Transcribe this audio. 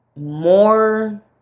more